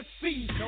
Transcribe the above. see